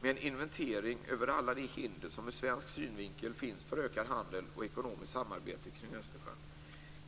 med en inventering av alla de hinder som ur svensk synvinkel finns för ökad handel och ekonomiskt samarbete kring Östersjön.